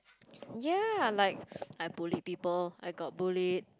ya like I bullied people I got bullied